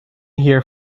here